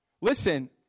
Listen